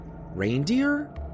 Reindeer